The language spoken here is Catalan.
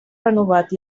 renovat